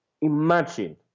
Imagine